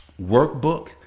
workbook